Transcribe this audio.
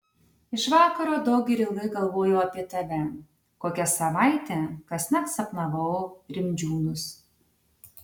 iš vakaro daug ir ilgai galvojau apie tave kokią savaitę kasnakt sapnavau rimdžiūnus